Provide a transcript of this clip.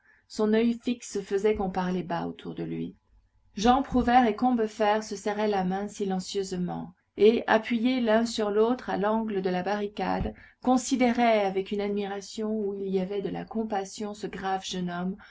son oeil fixe faisait qu'on parlait bas autour de lui jean prouvaire et combeferre se serraient la main silencieusement et appuyés l'un sur l'autre à l'angle de la barricade considéraient avec une admiration où il y avait de la compassion ce grave jeune homme